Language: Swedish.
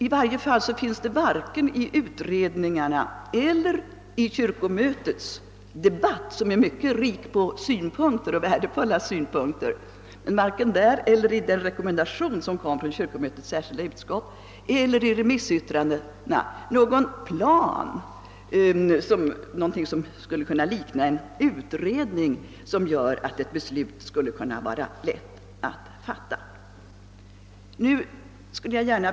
I varje fall finner man varken i utredningarna, i kyrkomötets debatt — som var mycket rik på värdefulla synpunkter — i rekommendationen från kyrkomötets särskilda utskott eller i remissyttrandena någon plan eller någonting liknande en utredning som gör att ett beslut skulle kunna fotas därpå.